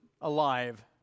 alive